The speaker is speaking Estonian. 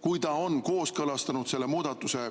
kui ta on kooskõlastanud selle muudatuse